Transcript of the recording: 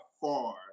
far